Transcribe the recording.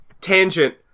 Tangent